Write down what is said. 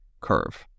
Curve